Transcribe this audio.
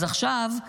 אז עכשיו,